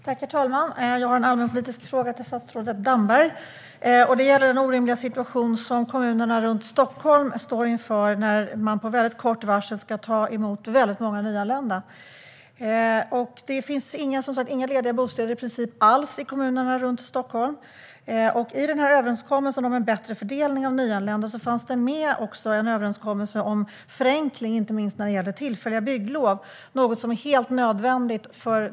Herr talman! Jag har en allmänpolitisk fråga till statsrådet Damberg. Det gäller den orimliga situation som kommunerna runt Stockholm står inför när de med väldigt kort varsel ska ta emot väldigt många nyanlända. Det finns i princip inga lediga bostäder alls i kommunerna runt Stockholm. I överenskommelsen om en bättre fördelning av nyanlända fanns det också med en överenskommelse om förenkling, inte minst när det gäller tillfälliga bygglov. Det är något som är helt nödvändigt.